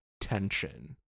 tension